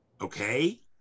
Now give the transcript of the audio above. Okay